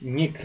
Nie